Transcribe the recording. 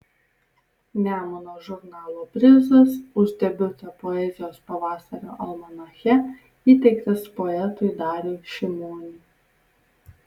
nemuno žurnalo prizas už debiutą poezijos pavasario almanache įteiktas poetui dariui šimoniui